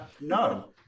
no